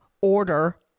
order